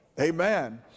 Amen